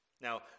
Now